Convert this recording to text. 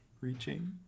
Reaching